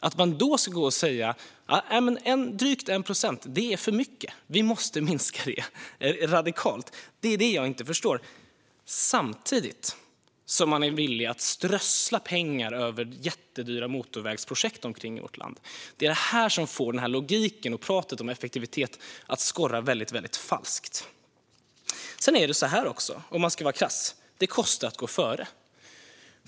Att man kan säga att drygt 1 procent är för mycket och att vi måste minska det radikalt, samtidigt som man är villig att strössla pengar över jättedyra motorvägsprojekt runt om i vårt land, förstår jag inte. Detta får logiken och pratet om effektivitet att skorra väldigt falskt. Om man ska vara krass är det också så att det kostar att gå före.